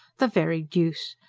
the very deuce!